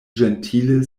ĝentile